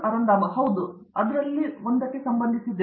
ಅರಂದಾಮ ಸಿಂಗ್ ಹೌದು ನಾನು ಅವರಲ್ಲಿ ಒಂದಕ್ಕೆ ಸಂಬಂಧಿಸಿದೆ